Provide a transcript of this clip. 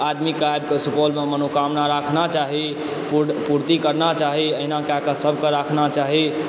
आदमीके आबिक सुपौलमे मनोकामना राखना चाही पूर्ति करना चाही एहिना कएकऽ सभकेँ रखना चाही